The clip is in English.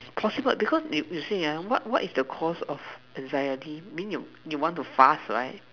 possible because you you see ah what what is the cause of anxiety mean you want to fast right